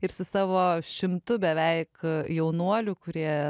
ir su savo šimtu beveik jaunuolių kurie